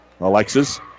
Alexis